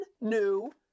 new